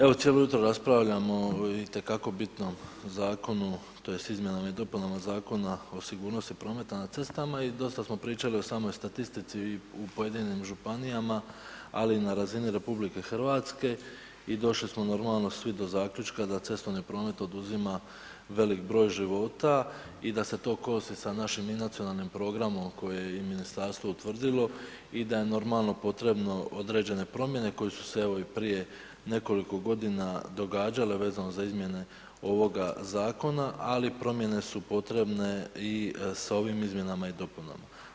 Evo, cijelo jutro raspravljamo o itekako bitnom zakonu tj. izmjenama i dopunama Zakona o sigurnosti prometa na cestama i dosta smo pričali o samoj statistici i u pojedinim županijama, ali na razini RH i došli smo normalno svi do zaključka da cestovni promet oduzima velik broj života i da se to kosi sa našim i nacionalnim programom koje je i ministarstvo utvrdilo i da je normalno potrebno određene promjene koje su se evo i prije nekoliko godina događale vezano za izmjene ovoga zakona, ali promjene su potrebne i s ovim izmjenama i dopunama.